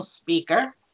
speaker